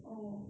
oh